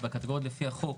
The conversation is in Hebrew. בקטגוריות לפי החוק,